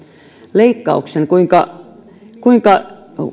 leikkauksen ja sen kuinka